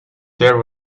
there